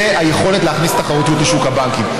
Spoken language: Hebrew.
זו היכולת להכניס תחרותיות לשוק הבנקים.